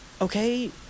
Okay